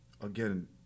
Again